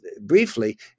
briefly